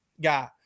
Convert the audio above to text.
guy